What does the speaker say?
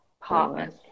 partners